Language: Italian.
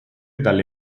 dalle